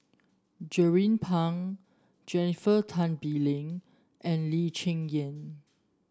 Jernnine Pang Jennifer Tan Bee Leng and Lee Cheng Yan